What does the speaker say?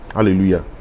Hallelujah